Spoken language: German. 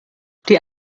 die